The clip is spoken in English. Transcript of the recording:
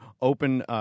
open